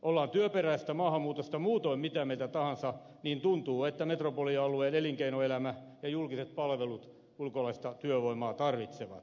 ollaan työperäisestä maahanmuutosta muutoin mitä mieltä tahansa tuntuu että metropolialueen elinkeinoelämä ja julkiset palvelut ulkolaista työvoimaa tarvitsevat